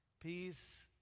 peace